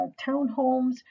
townhomes